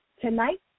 tonight